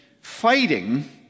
fighting